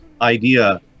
idea